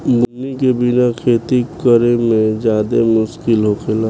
बुनी के बिना खेती करेमे ज्यादे मुस्किल होखेला